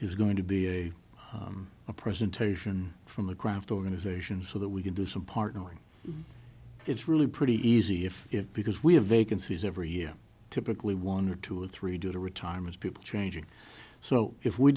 is going to be a presentation from the craft organization so that we can do some partnering it's really pretty easy if you have because we have vacancies every year typically one or two or three do the retirements people changing so if we